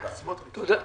תודה.